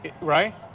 right